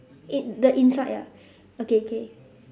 eh the inside ah okay okay